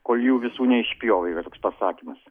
kol jų visų neišpjovė yra toks pasakymas